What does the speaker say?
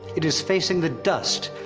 it is facing the dust,